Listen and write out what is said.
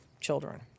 children